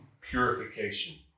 purification